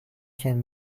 can